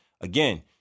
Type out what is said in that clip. Again